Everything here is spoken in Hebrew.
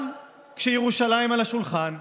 גם כשירושלים על השולחן.